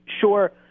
Sure